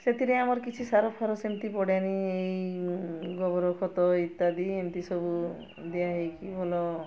ସେଥିରେ ଆମର କିଛି ସାରଫାର ସେମିତି ପଡ଼େନି ଏଇ ଗୋବର ଖତ ଇତ୍ୟାଦି ଏମିତି ସବୁ ଦିଆହେଇକି ଭଲ